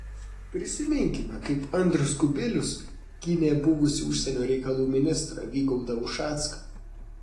prisiminkime kaip andrius kubilius gynė buvusį užsienio reikalų ministrą vygaudą ušacką